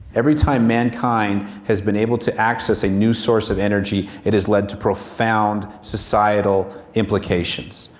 every time mankind has been able to access a new source of energy it has led to profound societal implications.